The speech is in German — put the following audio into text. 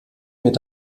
mit